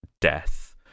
death